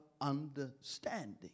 understanding